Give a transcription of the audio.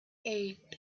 eight